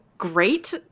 great